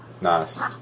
Nice